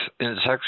insects